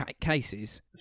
cases